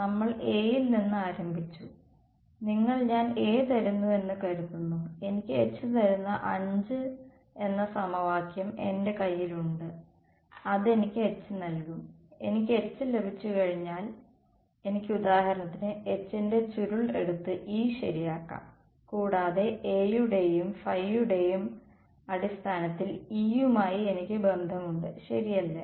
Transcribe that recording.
നമ്മൾ A യിൽ നിന്ന് ആരംഭിച്ചു നിങ്ങൾക്ക് ഞാൻ A തരുന്നു എന്ന് കരുതുന്നു എനിക്ക് H തരുന്ന 5 എന്ന സമവാക്യo എന്റെ കൈയിൽ ഉണ്ട് അത് എനിക്ക് H നൽകും എനിക്ക് H ലഭിച്ചുകഴിഞ്ഞാൽ എനിക്ക് ഉദാഹരണത്തിന് H ന്റെ ചുരുൾ എടുത്ത് E ശരിയാക്കാം കൂടാതെ A യുടേയും യുടേയും അടിസ്ഥാനത്തിൽ E യുമായി എനിക്ക് ബന്ധമുണ്ട് ശരിയല്ലേ